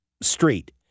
street